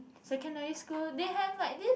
secondary school they have like this